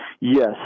Yes